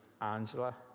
Angela